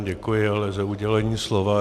Děkuji ale za udělení slova.